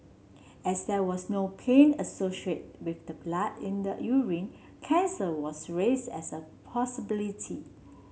as there was no pain associated with the blood in the urine cancer was raised as a possibility